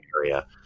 area